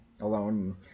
alone